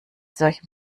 solchen